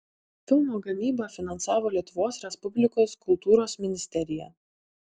filmo gamybą finansavo lietuvos respublikos kultūros ministerija